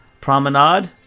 promenade